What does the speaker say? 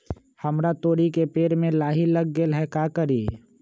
हमरा तोरी के पेड़ में लाही लग गेल है का करी?